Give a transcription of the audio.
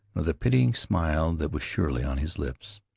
the pitying smile that was surely on his lips.